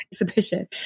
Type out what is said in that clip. exhibition